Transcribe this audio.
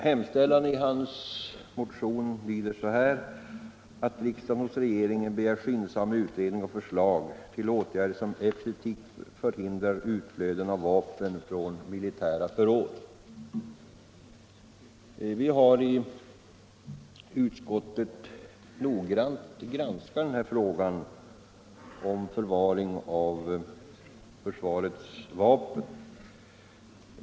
Hemställan i hans motion lyder: ”-—--— att riksdagen hos regeringen begär skyndsam utredning och förslag till åtgärder som effektivt förhindrar utflödet av vapen från militära förråd.” Vi har i utskottet noggrant granskat frågan om förvaring av försvarets vapen.